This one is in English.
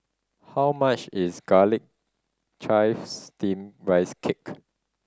how much is Garlic Chives Steamed Rice Cake